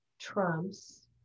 trumps